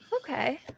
Okay